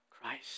Christ